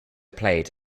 played